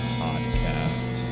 podcast